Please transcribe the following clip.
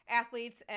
athletes